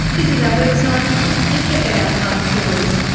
visit our website and check out our past stories.